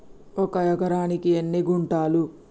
ఒక ఎకరానికి ఎన్ని గుంటలు?